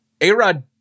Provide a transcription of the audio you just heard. A-Rod